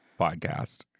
podcast